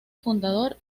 fundador